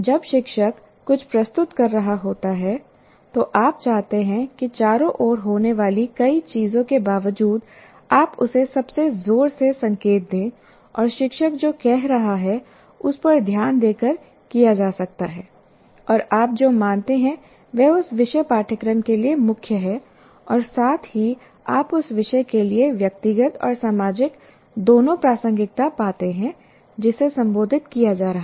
जब शिक्षक कुछ प्रस्तुत कर रहा होता है तो आप चाहते हैं कि चारों ओर होने वाली कई चीजों के बावजूद आप उसे सबसे जोर से संकेत दें और शिक्षक जो कह रहा है उस पर ध्यान देकर किया जा सकता है और आप जो मानते हैं वह उस विशेष पाठ्यक्रम के लिए मुख्य है और साथ ही आप उस विषय के लिए व्यक्तिगत और सामाजिक दोनों प्रासंगिकता पाते हैं जिसे संबोधित किया जा रहा है